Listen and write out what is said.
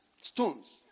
stones